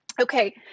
Okay